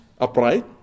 upright